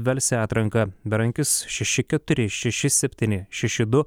velse atranką berankis šeši keturi šeši septyni šeši du